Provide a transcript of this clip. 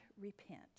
repent